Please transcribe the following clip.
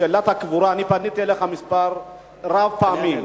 שאלת הקבורה: אני פניתי אליך מספר רב של פעמים.